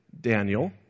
Daniel